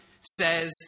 says